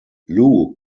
lou